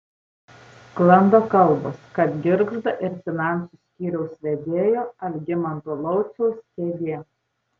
sklando kalbos kad girgžda ir finansų skyriaus vedėjo algimanto lauciaus kėdė